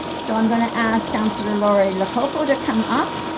so i'm going to ask counselor laurie lococo to come up.